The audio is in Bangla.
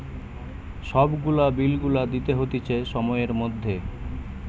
সব গুলা বিল গুলা দিতে হতিছে সময়ের মধ্যে